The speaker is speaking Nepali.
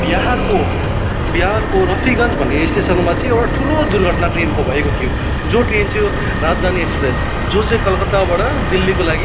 बिहारको बिहारको रफिगन्ज भन्ने स्टेसनमा चाहिँ एउटा ठुलो दुर्घटना ट्रेनको भएको थियो जो ट्रेन चाहिँ हो राजधानी एक्सप्रेस जो चाहिँ कलकत्ताबाट दिल्लीको लागि